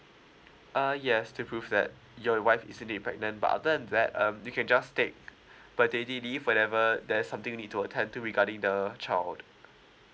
uh yes to prove that your wife recently pregnant but other than that um you can just take per baby leave whenever there's something need to attend to regarding the child